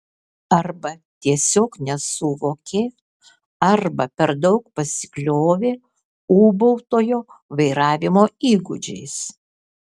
arba tiesiog nesuvokė arba per daug pasikliovė ūbautojo vairavimo įgūdžiais